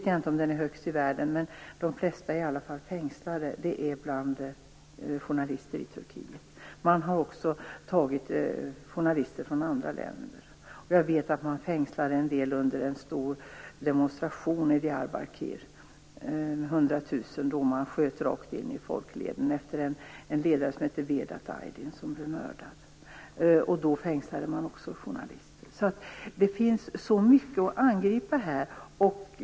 Jag vet inte om Turkiet ligger högst i världen när det gäller antalet döda journalister, men när det gäller antalet fängslade journalister ligger i alla fall Turkiet högst. Man har också tagit journalister från andra länder. Jag vet att man fängslade en del under en stor demonstration i Diyarbakir. 100 000 personer deltog, och man sköt rakt in i folkleden. Det var efter att en ledare som hette Vedat Aydin blivit mördad. Vid detta tillfälle fängslades också journalister. Det finns mycket att angripa här.